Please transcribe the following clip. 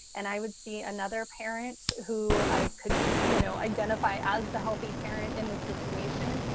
and i would see another parent who i could you know identify as the healthy parent in this situation.